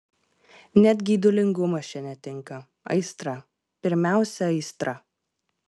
net geidulingumas čia netinka aistra pirmiausia aistra